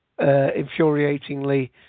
infuriatingly